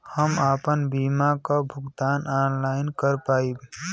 हम आपन बीमा क भुगतान ऑनलाइन कर पाईब?